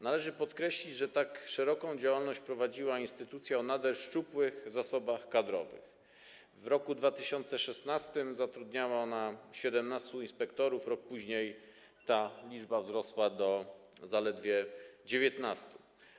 Należy podkreślić, że tak szeroką działalność prowadziła instytucja o nader szczupłych zasobach kadrowych: w roku 2016 zatrudniała ona 17 inspektorów, rok później ta liczba wzrosła do zaledwie 19.